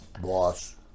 boss